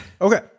Okay